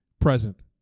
present